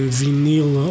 vinil